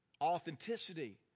Authenticity